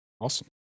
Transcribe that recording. Awesome